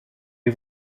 les